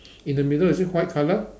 in the middle is it white colour